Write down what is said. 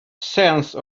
sense